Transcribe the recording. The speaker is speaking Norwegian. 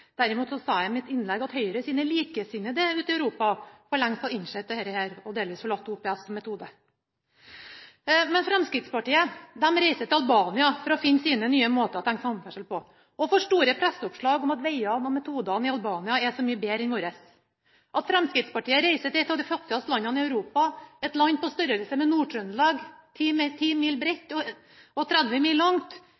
sa jeg i mitt innlegg at Høyres likesinnede ute i Europa for lengst delvis har forlatt OPS som metode. Fremskrittspartiet reiser til Albania for å finne sine nye måter å tenke samferdsel på og får store oppslag om at vegene og metodene i Albania er så mye bedre enn våre. At Fremskrittspartiet reiser til et av de fattigste landene i Europa – et land på størrelse med Nord-Trøndelag, 10 mil bredt og 30 mil